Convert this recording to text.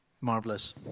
Marvelous